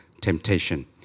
temptation